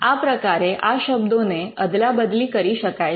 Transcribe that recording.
આ પ્રકારે આ શબ્દોને અદલાબદલી કરી શકાય છે